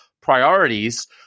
priorities